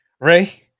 Ray